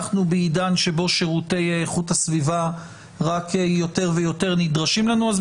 אנחנו בעידן שבו שירותי איכות הסביבה רק יותר ויותר נדרשים לנו.